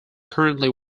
currently